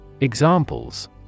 Examples